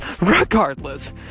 regardless